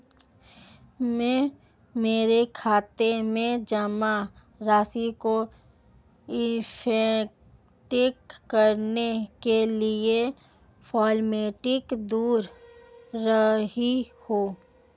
मैं मेरे खाते में जमा राशि को इन्वेस्ट करने के लिए प्लेटफॉर्म ढूंढ रही हूँ